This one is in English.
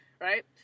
right